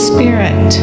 Spirit